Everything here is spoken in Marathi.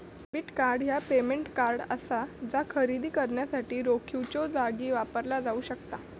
डेबिट कार्ड ह्या पेमेंट कार्ड असा जा खरेदी करण्यासाठी रोखीच्यो जागी वापरला जाऊ शकता